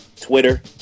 Twitter